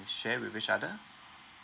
share with each other